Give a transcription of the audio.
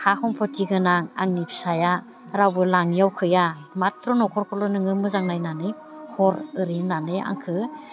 हा सम्फथिगोनां आंनि फिसाया रावबो लाङियाव गैया मात्र' न'खरखौल' नोङो मोजां नायनानै हर ओरै होननानै आंखौ